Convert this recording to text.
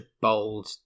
bold